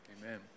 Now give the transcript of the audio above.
Amen